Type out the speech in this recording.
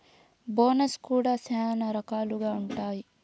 bonus కూడా శ్యానా రకాలుగా ఉంటాయి